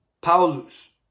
Paulus